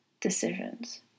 decisions